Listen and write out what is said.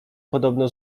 podobno